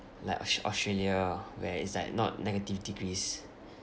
like aus~ australia where it's like not negative degrees